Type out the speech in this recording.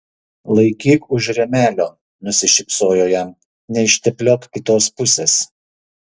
laikyk už rėmelio nusišypsojo jam neištepliok kitos pusės